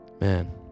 man